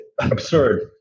absurd